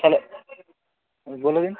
hello বলে দিন